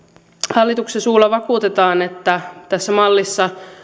hallituksen suulla vakuutetaan että tässä mallissa